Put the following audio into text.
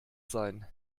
sein